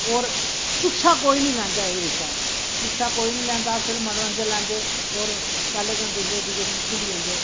और शिक्षा कोई निं लैंदा एह्दे बिच्चा शिक्षा कोई निं लैंदा खाली मनोरंजन लैंदे खाली पैह्लें दिन दिखदे दूए दिन भुल्ली जंदे